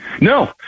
No